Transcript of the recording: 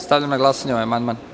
Stavljam na glasanje ovaj amandman.